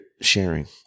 sharing